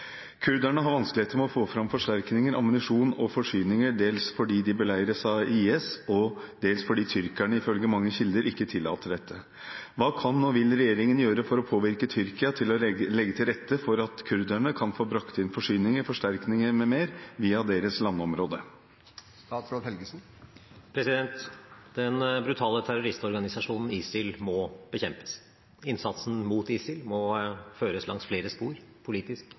Kurderne har vanskeligheter med å få fram forsterkninger, ammunisjon og forsyninger, dels fordi de beleires av IS og dels fordi tyrkerne, ifølge mange kilder, ikke tillater dette. Hva kan og vil regjeringen gjøre for å påvirke Tyrkia til å legge til rette for at kurderne kan få brakt inn forsyninger, forsterkninger m.m. via deres landområde?» Den brutale terroristorganisasjonen ISIL må bekjempes. Innsatsen mot ISIL må føres langs flere spor, politisk,